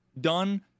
done